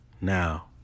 Now